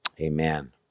amen